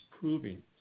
proving